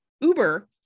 Uber